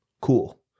Cool